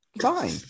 Fine